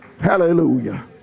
hallelujah